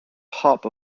hub